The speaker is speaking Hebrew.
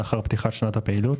לאחר פתיחת שנת הפעילות.